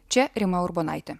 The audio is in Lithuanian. čia rima urbonaitė